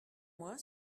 moi